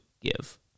give